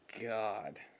God